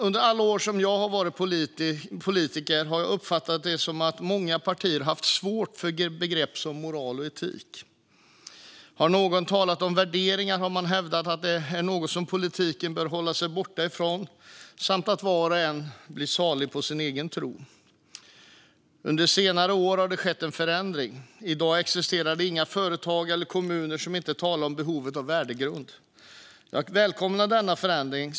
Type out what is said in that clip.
Under alla år som jag har varit politiker har jag uppfattat det som att många partier har haft svårt för begrepp som moral och etik. Har någon talat om värderingar har man hävdat att det är något som politiken bör hålla sig borta ifrån samt att var och en blir salig på sin egen tro. Under senare år har det skett en förändring. I dag existerar inga företag eller kommuner som inte talar om behovet av en värdegrund. Jag välkomnar den förändringen.